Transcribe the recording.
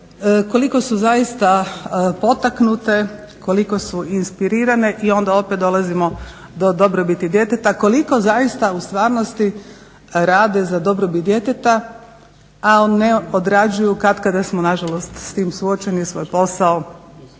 koliko su zaista potaknute, koliko su inspirirane i onda opet dolazimo do dobrobiti djeteta, koliko zaista u stvarnosti rade za dobrobit djeteta, a ne odrađuju, katkada smo nažalost s tim suočeni svoj posao